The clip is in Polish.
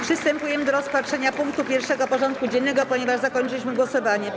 Przystępujemy do rozpatrzenia punktu 1. porządku dziennego, ponieważ zakończyliśmy głosowania.